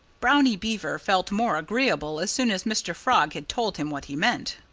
brownie beaver felt more agreeable as soon as mr. frog had told him what he meant.